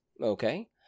Okay